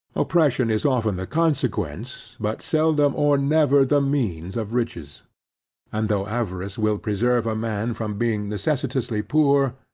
oppression is often the consequence, but seldom or never the means of riches and though avarice will preserve a man from being necessitously poor,